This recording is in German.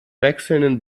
wechselnden